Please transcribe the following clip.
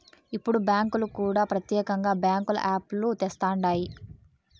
ఇప్పుడు బ్యాంకులు కూడా ప్రత్యేకంగా బ్యాంకుల యాప్ లు తెస్తండాయి